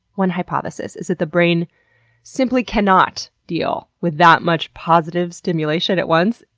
one hypothesis is that the brain simply cannot deal with that much positive stimulation at once,